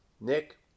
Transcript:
Nick